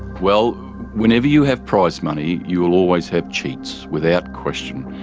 well whenever you have prize money you will always have cheats, without question.